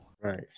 right